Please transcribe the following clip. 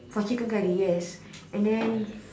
for chicken curry yes and then